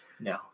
No